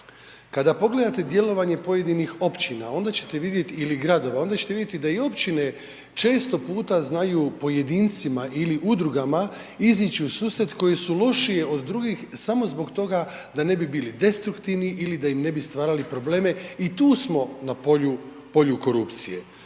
Kada pogledate djelovanje pojedinih općina onda ćete vidjeti, ili gradova, onda ćete vidjeti da i općine često puta znaju pojedincima ili udrugama izići u susret koje su lošije od drugih samo zbog toga da ne bi bili destruktivni ili da im ne bi stvarali probleme i tu smo na polju korupcije.